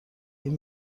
این